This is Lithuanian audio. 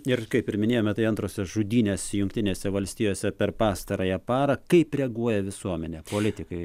ir kaip ir minėjome tai antrosios žudynės jungtinėse valstijose per pastarąją parą kaip reaguoja visuomenė politikai